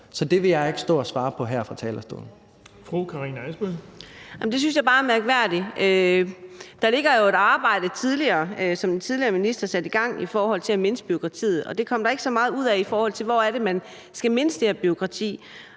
Adsbøl. Kl. 14:57 Karina Adsbøl (UFG): Det synes jeg er mærkværdigt. Der ligger jo et arbejde, som den tidligere minister satte i gang, i forhold til at mindske bureaukratiet, og det kom der ikke så meget ud af, i forhold til hvor det er, man skal mindske det her bureaukrati.